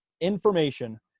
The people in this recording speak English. information